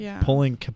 pulling